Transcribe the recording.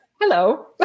Hello